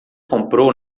comprou